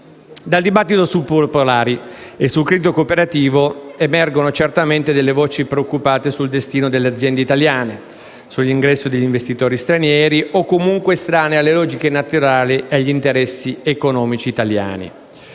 Dal dibattito sulle banche popolari e sul credito cooperativo emergono certamente delle voci preoccupate sul destino delle aziende italiane, sull'ingresso degli investitori stranieri o comunque estranei alle logiche naturali e agli interessi economici italiani.